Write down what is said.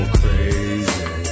crazy